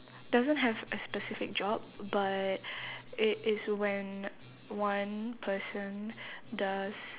doesn't have a specific job but it is when one person does